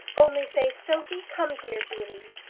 only say, sophie, come to your julie.